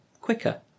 quicker